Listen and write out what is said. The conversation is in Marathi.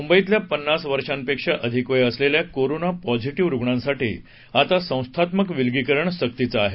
मुंबईतल्या पन्नास वर्षांपेक्षा अधिक वय असलेल्या कोरोना पॉझिटीव्ह रुग्णांसाठी आता संस्थात्मक विलगीकरण सक्तीचं आहे